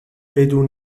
بدون